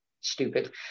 stupid